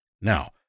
Now